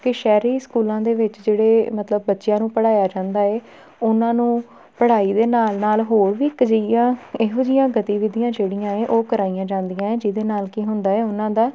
ਕਿ ਸ਼ਹਿਰੀ ਸਕੂਲਾਂ ਦੇ ਵਿੱਚ ਜਿਹੜੇ ਮਤਲਬ ਬੱਚਿਆਂ ਨੂੰ ਪੜ੍ਹਾਇਆ ਜਾਂਦਾ ਹੈ ਉਹਨਾਂ ਨੂੰ ਪੜ੍ਹਾਈ ਦੇ ਨਾਲ ਨਾਲ ਹੋਰ ਵੀ ਇੱਕ ਜੇਈਆਂ ਇਹੋ ਜਿਹੀਆਂ ਗਤੀਵਿਧੀਆਂ ਜਿਹੜੀਆਂ ਹੈ ਉਹ ਕਰਾਈਆਂ ਜਾਂਦੀਆਂ ਹੈ ਜਿਹਦੇ ਨਾਲ ਕੀ ਹੁੰਦਾ ਹੈ ਉਹਨਾਂ ਦਾ